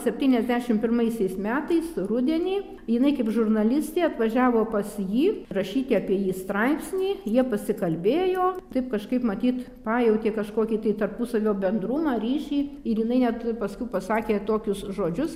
septyniasdešim pirmaisiais metais rudenį jinai kaip žurnalistė atvažiavo pas jį rašyti apie jį straipsnį jie pasikalbėjo taip kažkaip matyt pajautė kažkokį tai tarpusavio bendrumą ryšį ir jinai net paskui pasakė tokius žodžius